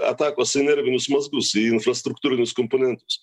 atakos į nervinius mazgus į infrastruktūrinius komponentus